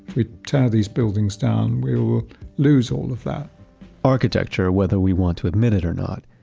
we tear these buildings down, we will lose all of that architecture, whether we want to admit it or not,